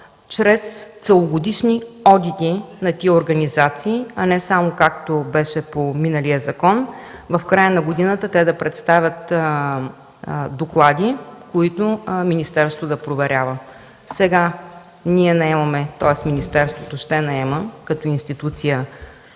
чрез целогодишни одити на тези организации. Не само както беше по миналия закон – в края на годината те да представят доклади, които министерството да проверява. Сега министерството като институция